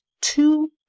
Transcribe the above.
two